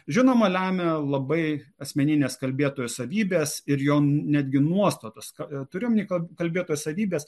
žinoma lemia labai asmeninės kalbėtojo savybes ir jo netgi nuostatos kadturiu omeny kalbėtojo savybes